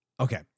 Okay